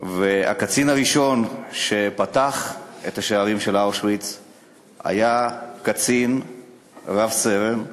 והקצין הראשון שפתח את השערים של אושוויץ היה רב-סרן יהודי,